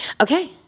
Okay